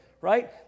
right